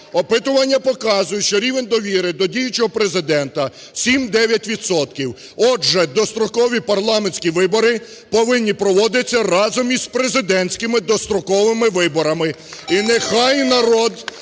опитування показує, що рівень довіри до діючого Президента – 7-9 відсотків. Отже, дострокові парламентські вибори повинні проводитися разом із президентськими достроковими виборами,